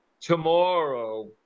tomorrow